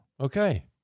Okay